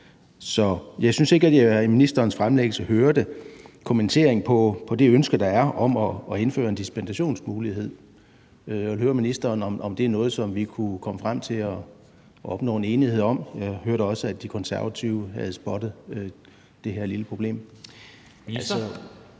Jeg synes ikke, at jeg i ministerens fremlæggelse hørte kommentering på det ønske, der er, om at indføre en dispensationsmulighed. Jeg vil høre ministeren, om det er noget, som vi kunne komme frem til at opnå en enighed om. Jeg hørte også, at De Konservative havde spottet det her lille problem.